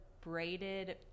braided